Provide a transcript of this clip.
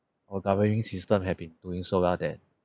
our governing system had been doing so well that